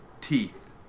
Teeth